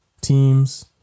teams